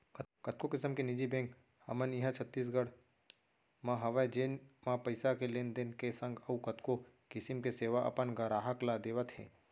कतको किसम के निजी बेंक हमन इहॉं छत्तीसगढ़ म हवय जेन म पइसा के लेन देन के संग अउ कतको किसम के सेवा अपन गराहक ल देवत हें